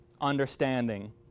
understanding